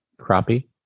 crappie